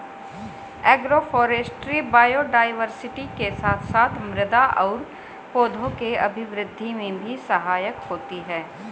agroforestry biodiversity के साथ साथ मृदा और पौधों के अभिवृद्धि में भी सहायक होती है